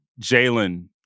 Jalen